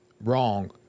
wrong